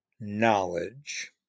knowledge